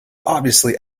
obviously